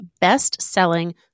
best-selling